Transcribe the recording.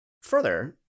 further